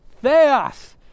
theos